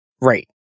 Right